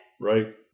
Right